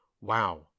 wow